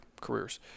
careers